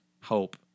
hope